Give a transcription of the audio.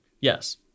Yes